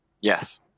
yes